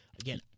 Again